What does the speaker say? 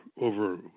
over